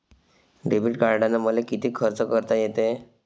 Debit कार्डानं मले किती खर्च करता येते?